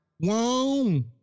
Whoa